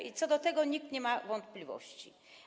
I co do tego nikt nie ma wątpliwości.